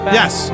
yes